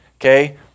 okay